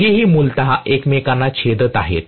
दोघेही मूलत एकमेकांना छेदत आहेत